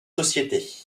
sociétés